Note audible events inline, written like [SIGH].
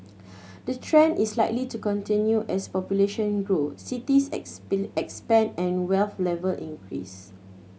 the trend is likely to continue as population grow cities [UNINTELLIGIBLE] expand and wealth level increase